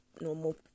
normal